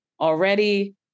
already